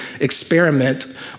experiment